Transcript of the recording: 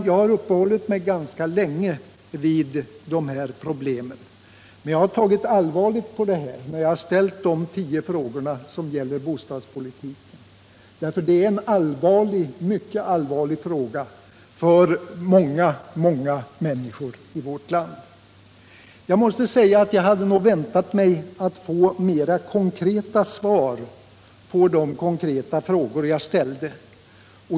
Jag har uppehållit mig ganska länge vid de här problemen, men jag har ställt mina tio frågor om bostadspolitiken därför att de här problemen är mycket allvarliga för många, många människor i vårt land. Jag måste säga att jag nog hade väntat mig att få mera konkreta svar på de konkreta frågor jag ställt.